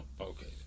Okay